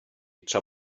tra